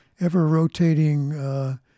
ever-rotating